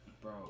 bro